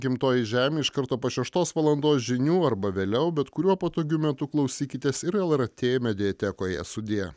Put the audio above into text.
gimtoji žemė iš karto po šeštos valandos žinių arba vėliau bet kuriuo patogiu metu klausykitės ir lrt mediatekoje sudie